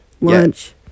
lunch